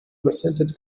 presented